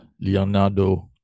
Leonardo